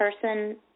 person